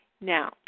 Now